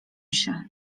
się